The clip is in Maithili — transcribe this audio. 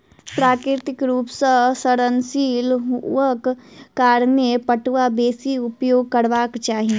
प्राकृतिक रूप सॅ सड़नशील हुअक कारणें पटुआ बेसी उपयोग करबाक चाही